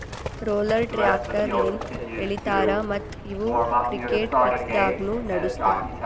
roller tractor ಲಿಂತ್ ಎಳಿತಾರ ಮತ್ತ್ ಇವು ಕ್ರಿಕೆಟ್ ಪಿಚ್ದಾಗ್ನು ನಡುಸ್ತಾರ್